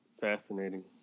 fascinating